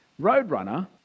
Roadrunner